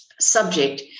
subject